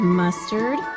mustard